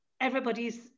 everybody's